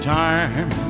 time